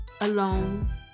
alone